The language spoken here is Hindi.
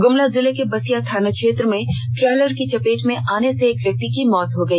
गुमला जिले के बसिया थाना क्षेत्र में ट्रेलर की चपेट में आने से एक व्यक्ति की मौत हो गई